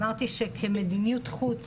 אמרתי שכמדיניות חוץ,